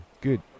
good